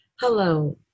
Hello